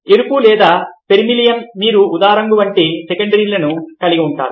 ఎరుపు లేదా వెర్మిలియన్ మీరు ఊదారంగు వంటి సెకండరీని కలిగి ఉంటారు